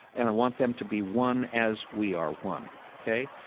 and i want them to be one, as we are one, ok?